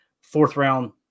fourth-round